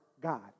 God